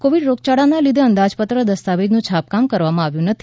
Covid રોગયાળાને લીધે અંદાજપત્ર દસ્તાવેજનું છાપકામ કરવામાં આવ્યું નથી